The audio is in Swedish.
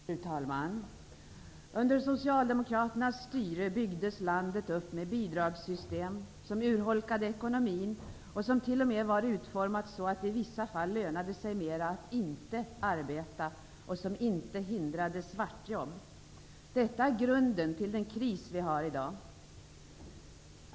Fru talman! Under Socialdemokraternas styre byggdes landet upp med ett bidragssystem som urholkade ekonomin och som t.o.m. var utformat så att det i vissa fall lönade sig mera att inte arbeta och som inte hindrade att man jobbade svart. Detta är grunden till den kris som vi har i dag.